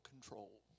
control